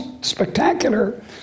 spectacular